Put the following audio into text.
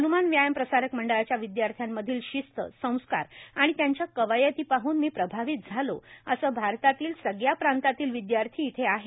हन्मान व्यायाम प्रसारक मंडळाच्या विदयार्थ्यांमधील शिस्तए संस्कार आणि त्यांच्या कवायती पाहन मी प्रभावित झालो असं भारतातील सगळ्या प्रांतातील विद्यार्थी येथे आहेत